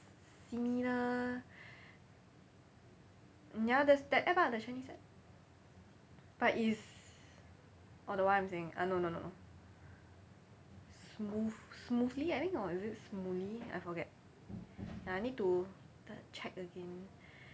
similar ya there's the app ah the chinese app but it's oh the one I'm using ah no no no smooth~ smoothly I think or is it smoothie I forget ya I need to check again